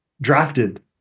drafted